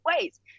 ways